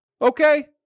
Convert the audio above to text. okay